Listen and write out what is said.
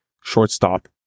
shortstop